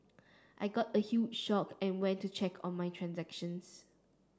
I got a huge shocked and went to check on my transactions